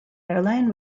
airline